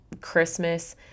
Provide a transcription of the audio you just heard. Christmas